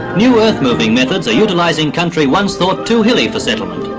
new earthmoving methods are utilising country once thought too hilly for settlement.